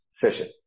session